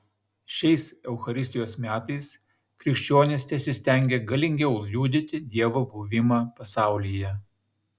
šiais eucharistijos metais krikščionys tesistengia galingiau liudyti dievo buvimą pasaulyje